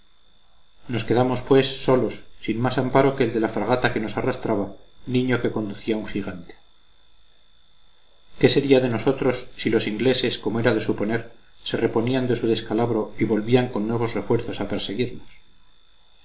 nos quedamos pues solos sin más amparo que el de la fragata que nos arrastraba niño que conducía un gigante qué sería de nosotros si los ingleses como era de suponer se reponían de su descalabro y volvían con nuevos refuerzos a perseguirnos